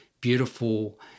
beautiful